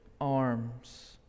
arms